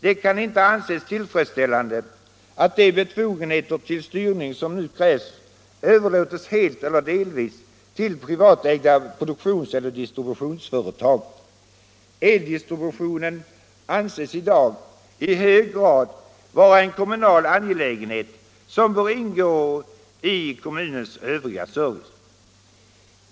Det kan inte anses tillfredsställande att de befogenheter till styrning som krävs överlåtes helt eller delvis till privatägda produktionseller distributionsföretag. Eldistributionen anses i dag i hög grad vara en kommunal angelägenhet, som bör ingå i kommunens Övriga service.